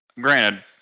granted